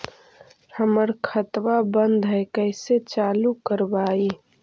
हमर खतवा बंद है कैसे चालु करवाई?